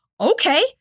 okay